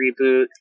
reboot